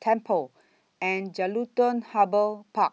Temple and Jelutung Harbour Park